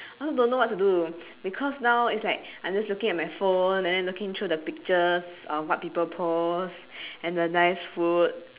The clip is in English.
I also don't know what to do because now it's like I'm just looking at my phone and then looking through the pictures of what people post and the nice food